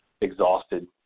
exhausted